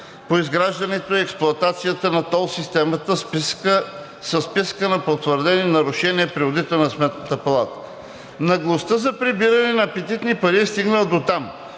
по изграждането и експлоатацията на тол системата, са в списъка на потвърдени нарушения при одита на Сметната палата. Наглостта за прибиране на апетитни пари е стигнала дотам,